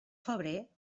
febrer